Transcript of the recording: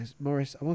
Morris